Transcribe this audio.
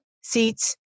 seats